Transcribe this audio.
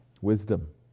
Wisdom